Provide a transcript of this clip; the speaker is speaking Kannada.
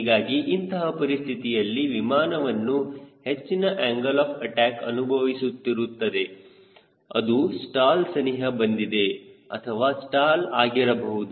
ಹೀಗಾಗಿ ಇಂತಹ ಪರಿಸ್ಥಿತಿಯಲ್ಲಿ ವಿಮಾನವು ಹೆಚ್ಚಿನ ಆಂಗಲ್ ಆಫ್ ಅಟ್ಯಾಕ್ ಅನುಭವಿಸುತ್ತಿರುತ್ತದೆ ಅದು ಸ್ಟಾಲ್ ಸನಿಹ ಬಂದಿದೆ ಅಥವಾ ಸ್ಟಾಲ್ ಆಗಿರಬಹುದು